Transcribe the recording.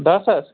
دَہ ساس